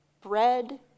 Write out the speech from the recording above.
bread